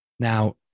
Now